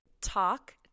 Talk